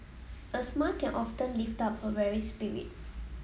a smile can often lift up a weary spirit